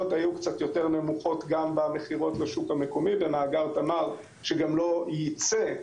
היו קצת יותר נמוכות גם במכירות לשוק המקומי במאגר תמר שגם לא ייצא,